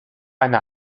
eine